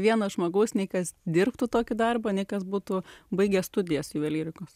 vieno žmogaus nei kas dirbtų tokį darbą nei kas būtų baigę studijas juvelyrikos